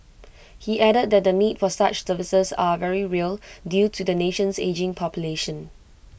he added that the need for such services are very real due to the nation's ageing population